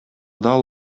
дал